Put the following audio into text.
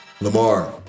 Lamar